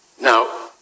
now